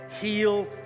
heal